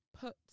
put